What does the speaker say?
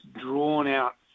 drawn-out